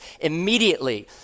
Immediately